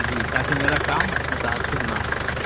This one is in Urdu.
جی تاکہ میرا کام متاثر نہ ہو